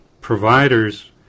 providers